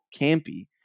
campy